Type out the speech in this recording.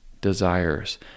desires